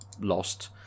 Lost